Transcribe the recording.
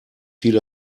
viel